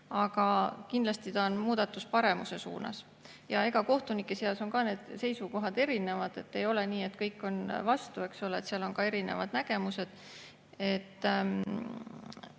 Aga kindlasti see on muudatus paremuse suunas. Kohtunike seas on ka need seisukohad erinevad. Ei ole nii, et kõik on vastu, eks ole, seal on erinevad nägemused.